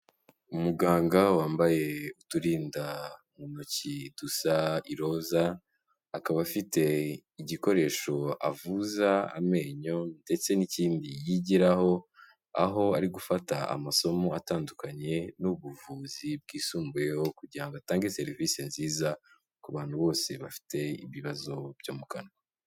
Umuganga wambaye uturindantoki dusa iroza akaba afite igikoresho avuza amenyo ndetse n'ikindi yigiraho, aho ari gufata amasomo atandukanye n'ubuvuzi bwisumbuyeho kugira atange serivisi nziza ku bantu bose bafite ibibazo byo mu kanwa.